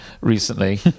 recently